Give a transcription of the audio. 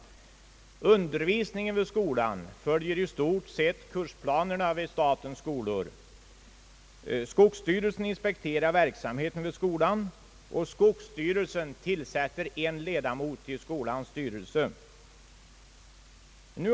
Undervisningen vid skolan följer i stort sett kursplanerna vid statens skogsskolor. Skogsstyrelsen inspekterar verksamheten vid skolan och tillsätter en ledamot i skolans styrelse.